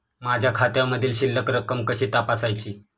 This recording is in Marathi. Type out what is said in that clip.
माझ्या खात्यामधील शिल्लक रक्कम कशी तपासायची?